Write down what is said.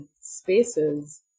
spaces